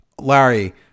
Larry